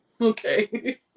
Okay